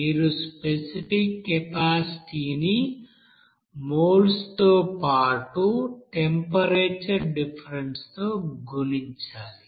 మీరు specific capacity ని మోల్స్తో పాటు టెంపరేచర్ డిఫరెన్స్ తో గుణించాలి